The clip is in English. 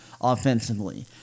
offensively